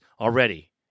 already